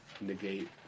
negate